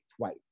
twice